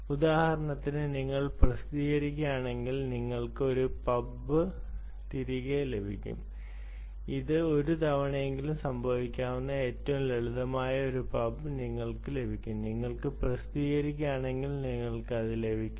ഉദാഹരണത്തിന് നിങ്ങൾ പ്രസിദ്ധീകരിക്കുകയാണെങ്കിൽ നിങ്ങൾക്ക് ഒരു പബ് തിരികെ ലഭിക്കും അത് ഒരു തവണയെങ്കിലും സംഭവിക്കാവുന്ന ഏറ്റവും ലളിതമായ ഒരു പബ് നിങ്ങൾക്ക് ലഭിക്കും നിങ്ങൾ പ്രസിദ്ധീകരിക്കുകയാണെങ്കിൽ നിങ്ങൾക്ക് അത് ലഭിക്കും